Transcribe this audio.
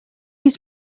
his